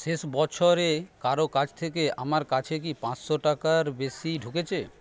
শেষ বছর এ কারো কাছ থেকে আমার কাছে কি পাঁচশো টাকার বেশি ঢুকেছে